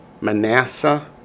Manasseh